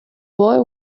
boy